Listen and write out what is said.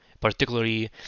Particularly